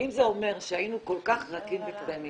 ואם זה אומר שהיינו כל כך רכים וקטנים